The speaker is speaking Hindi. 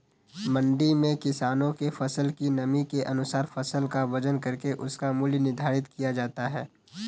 मंडी में किसानों के फसल की नमी के अनुसार फसल का वजन करके उसका मूल्य निर्धारित किया जाता है